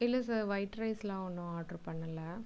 இல்லை sir white ரைஸ்லாம் ஒன்றும் ஆர்டர் பண்ணலை